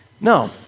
No